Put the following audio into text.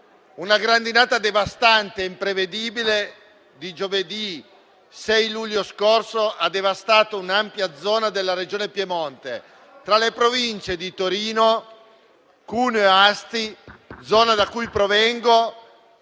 una grandinata devastante e imprevedibile, lo scorso giovedì 6 luglio, ha devastato un'ampia zona della Regione Piemonte, tra le province di Torino, Cuneo e Asti (la zona da cui provengo).